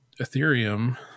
Ethereum